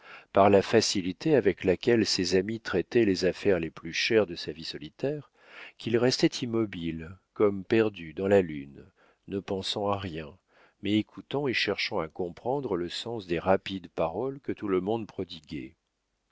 par la facilité avec laquelle ses amis traitaient les affaires les plus chères de sa vie solitaire qu'il restait immobile comme perdu dans la lune ne pensant à rien mais écoutant et cherchant à comprendre le sens des rapides paroles que tout le monde prodiguait